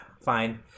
Fine